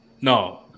No